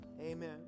Amen